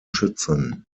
schützen